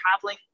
traveling